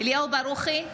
אליהו ברוכי,